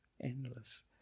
endless